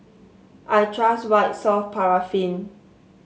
I trust White Soft Paraffin